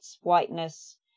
whiteness